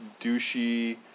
douchey